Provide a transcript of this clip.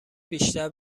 بیشتر